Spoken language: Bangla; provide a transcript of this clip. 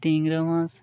ট্যাংরা মাছ